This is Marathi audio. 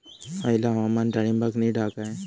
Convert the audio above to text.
हयला हवामान डाळींबाक नीट हा काय?